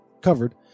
covered